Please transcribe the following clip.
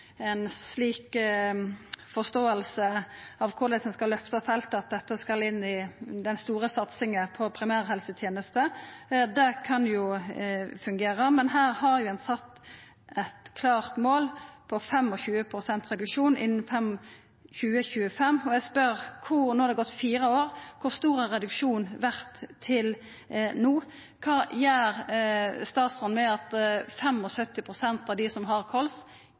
slik forståing av korleis ein skal løfta feltet, at dette skal inn i den store satsinga på primærhelsetenesta. Det kan fungera, men her har ein sett eit klart mål om 25 pst. reduksjon innan 2025. No har det gått fire år, og eg spør: Kor stor har reduksjonen vore til no? Kva gjer statsråden med at 75 pst. av dei som har kols,